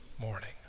morning